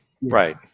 right